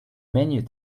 menu